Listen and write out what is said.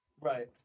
Right